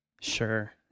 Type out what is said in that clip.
Sure